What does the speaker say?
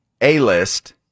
A-list